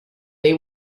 they